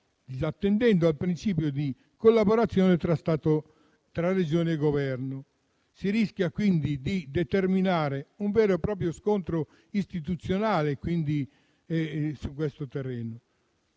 disattendendo al principio di collaborazione tra Regioni e Governo. Si rischia quindi di determinare un vero e proprio scontro istituzionale su questo terreno.